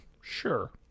sure